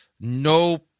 no